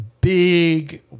big